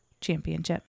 Championship